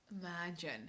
Imagine